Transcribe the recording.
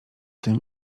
tym